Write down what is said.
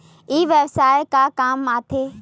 ई व्यवसाय का काम आथे?